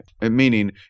meaning